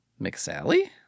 McSally